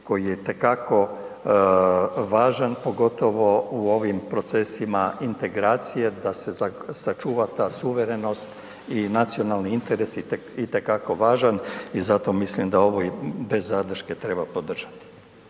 koji je itekako važan, pogotovo u ovim procesima integracije da se sačuva ta suverenost i nacionalni interes itekako važan i zato mislim da ovo i bez zadrške treba podržati.